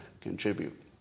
contribute